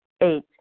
Eight